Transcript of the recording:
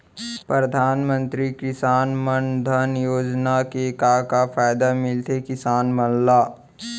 परधानमंतरी किसान मन धन योजना के का का फायदा मिलथे किसान मन ला?